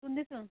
सुन्दैछु